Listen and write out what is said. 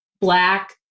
black